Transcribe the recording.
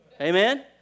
Amen